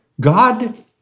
God